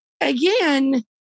Again